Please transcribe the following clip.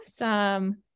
Awesome